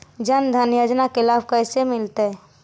जन धान योजना के लाभ कैसे मिलतै?